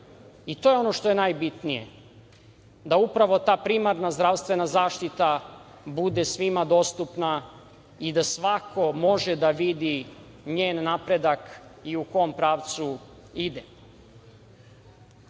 i to je ono što je najbitnije da upravo ta primarna zdravstvena zaštita bude svima dostupna i da svako može da vidi njen napredak i u kom pravcu ide. Ono